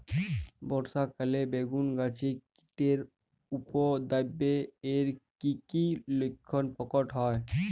বর্ষা কালে বেগুন গাছে কীটের উপদ্রবে এর কী কী লক্ষণ প্রকট হয়?